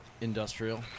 industrial